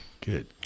Good